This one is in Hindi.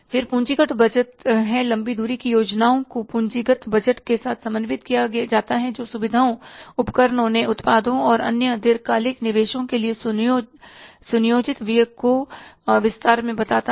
फिर पूंजीगत बजट है लंबी दूरी की योजनाओं को पूंजीगत बजट के साथ समन्वित किया जाता है जो सुविधाओं उपकरणों नए उत्पादों और अन्य दीर्घकालिक निवेशों के लिए नियोजित व्यय को विस्तार में बताता है